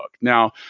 Now